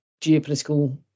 geopolitical